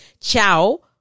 ciao